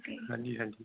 ਹਾਂਜੀ ਹਾਂਜੀ